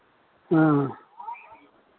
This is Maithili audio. हँ